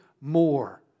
more